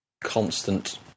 constant